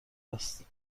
است